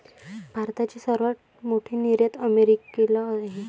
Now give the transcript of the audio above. भारताची सर्वात मोठी निर्यात अमेरिकेला आहे